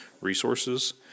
resources